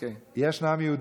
תן לי לענות,